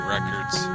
Records